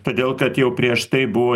todėl kad jau prieš tai buvo